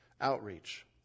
Outreach